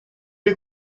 est